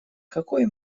какой